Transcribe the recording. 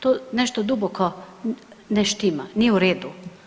To nešto duboko ne štima, nije u redu.